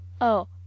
Oh